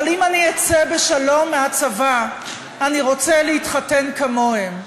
אבל אם אני אצא בשלום מהצבא אני רוצה להתחתן כמוהם.